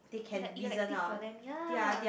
like elective for them ya